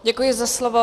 Děkuji za slovo.